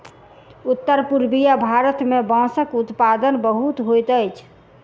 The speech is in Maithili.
उत्तर पूर्वीय भारत मे बांसक उत्पादन बहुत होइत अछि